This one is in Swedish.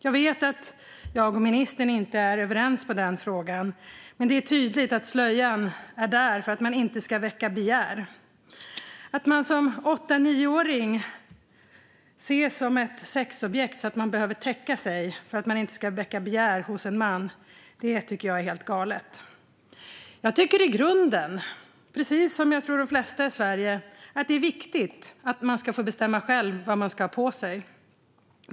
Jag vet att jag och ministern inte är överens i den frågan. Men det är tydligt att slöjan är där för att man inte ska väcka begär. Att man som åtta eller nioåring ses som ett sexobjekt som behöver täcka sig för att inte väcka begär hos män tycker jag är helt galet. Jag tycker i grunden, precis som jag tror att de flesta gör i Sverige, att det är viktigt att man ska få bestämma själv vad man ska ha på sig.